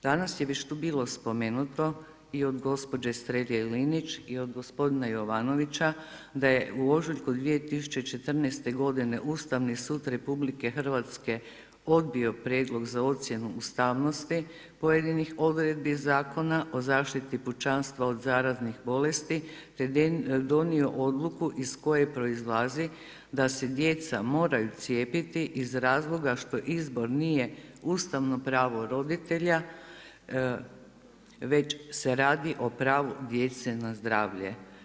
Danas je već tu bilo spomenuto i od gospođe Strenje Linić i od gospodina Jovanovića da je u ožujku 2014. godine Ustavni sud Republike Hrvatske odbio prijedlog za ocjenu ustavnosti pojedinih odredbi Zakona o zaštiti pučanstva od zaraznih bolesti te donio odluku iz koje proizlazi da se djeca moraju cijepiti iz razloga što izbor nije ustavno pravo roditelja, već se radi o pravu djece na zdravlje.